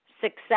success